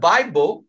Bible